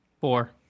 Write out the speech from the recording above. Four